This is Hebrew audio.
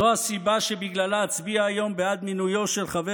זו הסיבה שאצביע היום בעד מינויו של חבר